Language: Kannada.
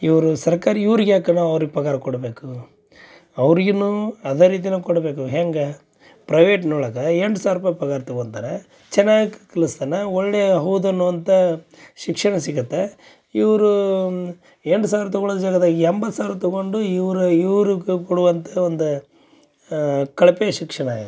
ಇವರು ಸರ್ಕಾರಿ ಇವ್ರಿಗೆ ಯಾಕಣ ಅವ್ರಿಗೆ ಪಗಾರ ಕೊಡಬೇಕು ಅವ್ರಿಗೆ ಇನ್ನೂ ಅದ ರೀತಿನು ಕೊಡಬೇಕು ಹೇಂಗ ಪ್ರೈವೇಟ್ನೊಳಗ ಎಂಟು ಸಾವಿರ ರೂಪಾಯಿ ಪಗಾರ್ ತಗೊಂತಾರೆ ಚೆನ್ನಾಗಿ ಕಲಸ್ತನ ಒಳ್ಳೆಯ ಹೌದು ಅನ್ನುವಂಥಾ ಶಿಕ್ಷಣ ಸಿಗತ್ತೆ ಇವರು ಎಂಟು ಸಾವಿರ ತಗೋಳೊ ಜಾಗದಾಗ ಎಂಬತ್ತು ಸಾವಿರ ತಗೊಂಡು ಇವರ ಇವರು ಕೊಡುವಂಥಾ ಒಂದು ಕಳಪೆ ಶಿಕ್ಷಣ ಆಗೈತಿ